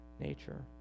nature